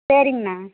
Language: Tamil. சரிங்ணா